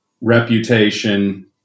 reputation